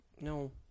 no